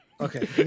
Okay